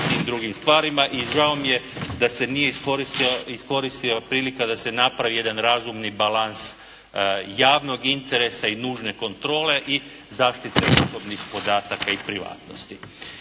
i drugim stvarima i žao mi je da se nije iskoristio prilika da se napravi jedan razumni balans javnog interesa i nužne kontrole i zaštite osobnih podataka i privatnosti.